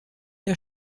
der